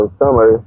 summer